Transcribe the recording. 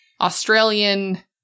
Australian